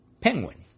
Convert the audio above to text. Penguin